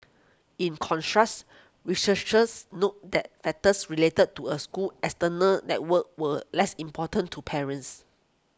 in contrast researchers noted that factors related to a school's external network were less important to parents